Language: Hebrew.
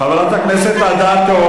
חברת הכנסת אדטו,